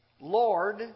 Lord